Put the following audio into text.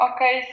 Okay